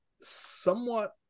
somewhat